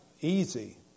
easy